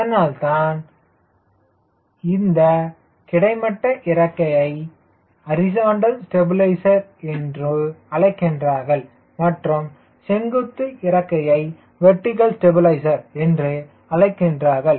அதனால்தான் இந்த கிடைமட்ட இறக்கையை ஹரிசாண்டல் ஸ்டெபிலைசர் என்று அழைக்கின்றார்கள் மற்றும் செங்குத்து இறக்கையை வெர்டிகல் ஸ்டெபிலைசர் என்று அழைக்கின்றார்கள்